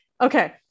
okay